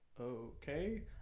okay